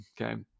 okay